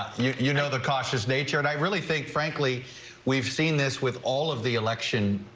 you you know the cautious nature and i really think frankly we've seen this with all of the election.